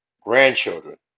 grandchildren